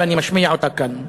ואני משמיע אותה כאן.